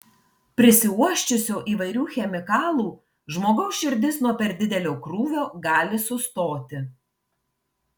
prisiuosčiusio įvairių chemikalų žmogaus širdis nuo per didelio krūvio gali sustoti